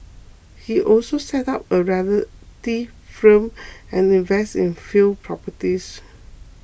he also set up a realty firm and invested in a few properties